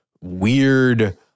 weird